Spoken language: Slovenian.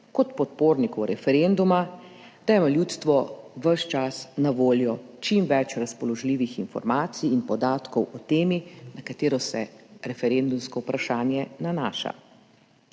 kot podpornikov referenduma, da ima ljudstvo ves čas na voljo čim več razpoložljivih informacij in podatkov o temi, na katero se nanaša referendumsko vprašanje.